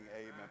Amen